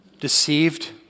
deceived